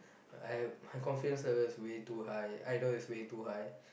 I have my confidence level is way too high I know is way too high